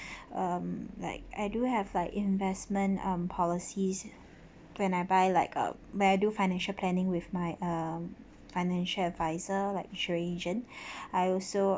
um like I do have like investment um policies when I buy like um when I do financial planning with my um financial advisor like sh~ agent I also